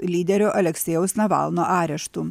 lyderio aleksejaus navalno areštu